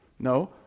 No